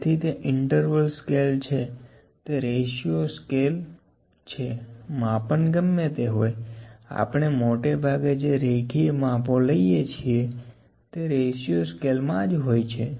તેથી તે interval scale છે તે રેશિયો સ્કેલ છે માપન ગમે તે હોય આપણે મોટે ભાગે જે રૈખિય માપો લઈએ છીએ તે રેશિયો સ્કેલ મા જ હોય છે